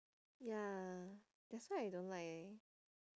ya that's why I don't like